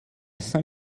saint